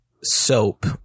soap